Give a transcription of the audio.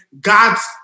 God's